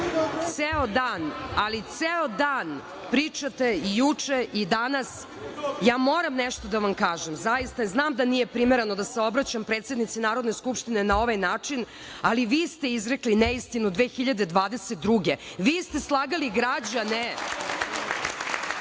Ceo dan, i juče i danas, pričate. Ja moram nešto da vam kažem. Znam da nije primereno da se obraćam predsednici Narodne skupštine na ovaj način, ali vi ste izrekli neistinu 2022. godine. Vi ste slagali građane,